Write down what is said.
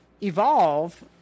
evolve